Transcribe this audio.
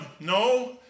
No